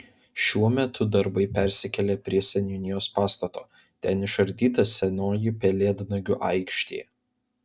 šiuo metu darbai persikėlė ir prie seniūnijos pastato ten išardyta senoji pelėdnagių aikštė